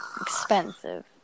Expensive